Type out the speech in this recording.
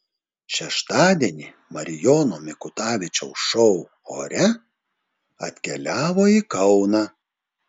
šeštadienį marijono mikutavičiaus šou ore atkeliavo į kauną